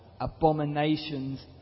abominations